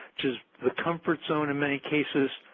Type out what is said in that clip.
which is a comfort zone in many cases,